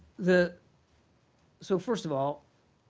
the so first of all,